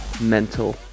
mental